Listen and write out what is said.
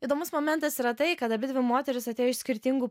įdomus momentas yra tai kad abidvi moterys atėjo iš skirtingų